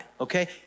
Okay